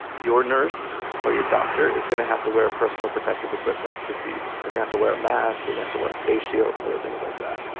your nurse or your doctor is going to have to wear personal protective equipment to see you. you have to wear a mask. they may have to wear a face shield, other things like that.